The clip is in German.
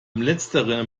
letzterer